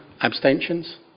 abstentions